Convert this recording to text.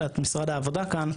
אלא את משרד העבודה כאן,